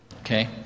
Okay